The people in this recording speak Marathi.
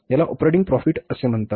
याला ऑपरेटिंग प्रॉफिट असे म्हणतात